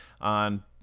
on